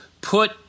put